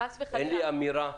אין לי אמירה.